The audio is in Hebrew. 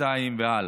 והלאה.